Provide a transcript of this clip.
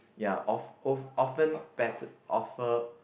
ya of~ often bet~ offer